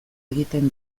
egiten